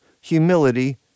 Humility